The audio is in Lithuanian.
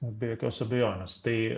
be jokios abejonės tai